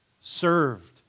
served